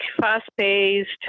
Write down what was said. fast-paced